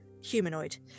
humanoid